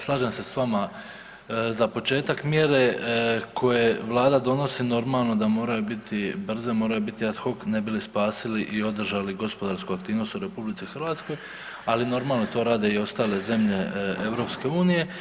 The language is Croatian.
Slažem se sa vama za početak mjere koje Vlada donosi normalno da moraju biti brze, moraju biti ad hoc ne bi li spasili i održali gospodarsku aktivnost u RH, ali normalno to rade i ostale zemlje EU.